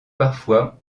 parfois